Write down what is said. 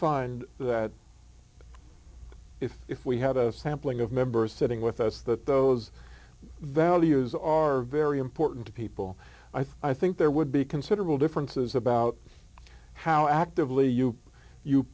find that if if we had a sampling of members sitting with us that those values are very important to people i think there would be considerable differences about how actively you you